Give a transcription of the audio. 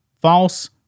false